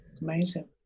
Amazing